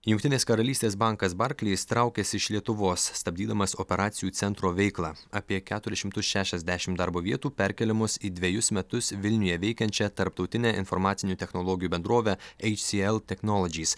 jungtinės karalystės bankas barkleis traukiasi iš lietuvos stabdydamas operacijų centro veiklą apie keturis šimtus šešiasdešimt darbo vietų perkeliamos į dvejus metus vilniuje veikiančią tarptautinę informacinių technologijų bendrovę ei si el teknolodžys